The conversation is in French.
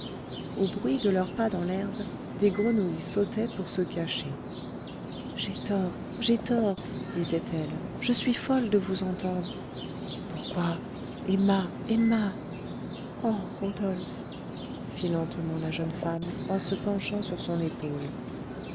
au bruit de leurs pas dans l'herbe des grenouilles sautaient pour se cacher j'ai tort j'ai tort disait-elle je suis folle de vous entendre pourquoi emma emma oh rodolphe fit lentement la jeune femme en se penchant sur son épaule